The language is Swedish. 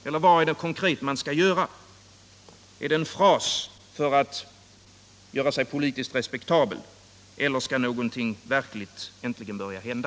Eller vad är det konkret man skall göra? Är statsrådets uttalande en fras för att göra sig politiskt respektabel, eller skall något verkligt konkret äntligen börja hända?